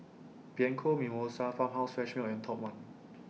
Bianco Mimosa Farmhouse Fresh Milk and Top one